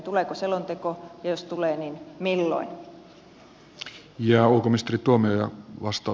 tuleeko selonteko ja jos tulee niin milloin